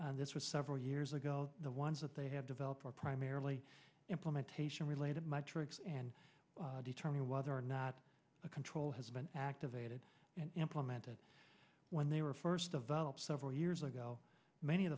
and this was several years ago the ones that they have developed are primarily implementation related metrics and determine whether or not a control has been activated and implemented when they were first a valve several years ago many of